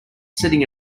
sitting